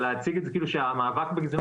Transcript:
אבל להציג את זה כאילו שהמאבק בגזענות --- לא,